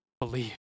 believe